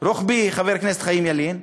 תקציב רוחבי, חבר הכנסת חיים ילין,